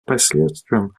последствиям